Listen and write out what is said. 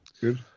Good